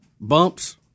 Bumps